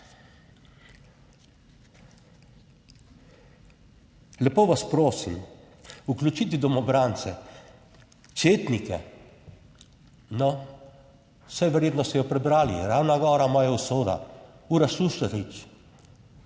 Lepo vas prosim. Vključite domobrance, četnike, no saj verjetno ste jo prebrali, Ravna gora, moja usoda, Uroš Šušteršič,